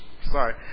Sorry